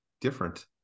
different